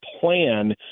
plan